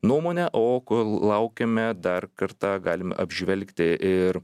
nuomonę o kol laukiame dar kartą galim apžvelgti ir